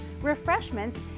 refreshments